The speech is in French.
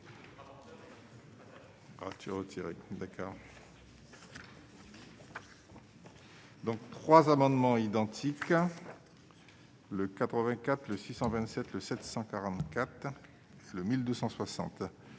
Donc 3 amendements identiques le 84 le 627 le 744 le 1260